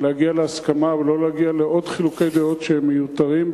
להגיע להסכמה ולא להגיע לעוד חילוקי דעות שהם מיותרים,